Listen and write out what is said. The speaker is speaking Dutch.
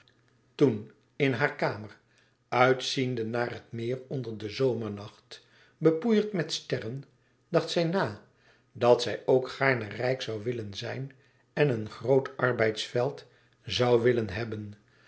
toen in haar kamer uitziende naar het meer onder de zomernacht bepoeierd met sterren dacht zij na dat zij ook gaarne rijk zoû zijn en een groot arbeidsveld zoû willen hebben